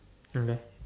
and then